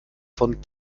von